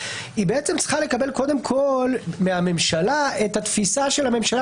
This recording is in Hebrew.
היא בעצם צריכה לקבל קודם כול מהממשלה את התפיסה של הממשלה.